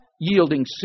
yielding